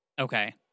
Okay